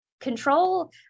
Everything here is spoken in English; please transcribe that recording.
control